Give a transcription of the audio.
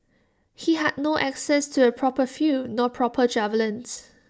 he had no access to A proper field nor proper javelins